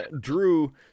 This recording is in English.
drew